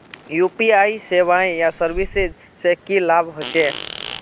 UPI सेवाएँ या services से की लाभ होचे?